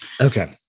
Okay